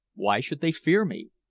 why should they fear me?